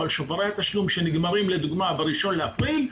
על שוברי התשלום שנגמרים לדוגמה ב-1 לאפריל,